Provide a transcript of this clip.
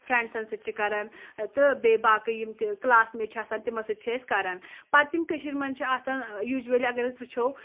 فرٛؠنٛڈسَن سۭتۍ چھِ کران تہٕ بیٚیہِ باقٕے یِم تہِ کٕلاسمیٹ چھِ آسان تِمن سۭتۍ چھِ أسۍ کران پَتہٕ تِم کٔشیٖرِ منٛز چھِ آسان یوٗجؤلی اگر أسۍ وٕچھو